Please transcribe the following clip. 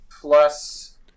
plus